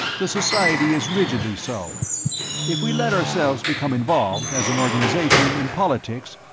the society is rigidly so if we let ourselves become involved, as an organization, in politics,